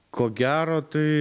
ko gero tai